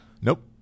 Nope